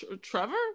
trevor